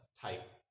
type